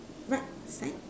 right side